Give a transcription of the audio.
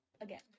again